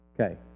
Okay